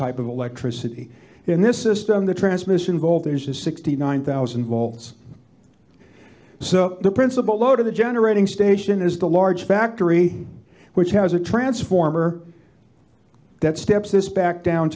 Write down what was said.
type of electricity in this system the transmission gold there's a sixty nine thousand volts so the principal load of the generating station is the large factory which has a transformer that steps this back down